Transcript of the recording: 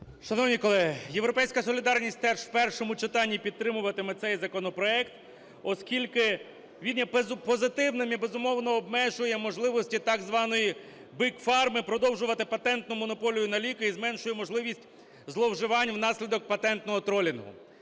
Шановні колеги, "Європейська солідарність" теж у першому читанні підтримуватиме цей законопроект, оскільки він є позитивним і, безумовно, обмежує можливості так званої Big Pharma продовжувати патентну монополію на ліки і зменшує можливість зловживань внаслідок патентного тролінгу.